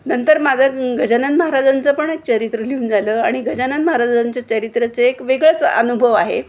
नंतर माझं गजानन महाराजांचं पण एक चरित्र लिहून झालं आणि गजानन महाराजांच्या चरित्राचा एक वेगळंच अनुभव आहे